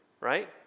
right